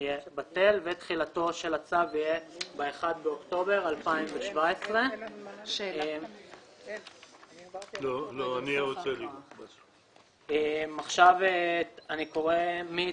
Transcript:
בטל ותחילתו של הצו יהיה ב-1 באוקטובר 2017. תקנות